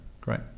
great